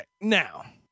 now